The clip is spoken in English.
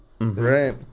Right